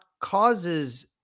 causes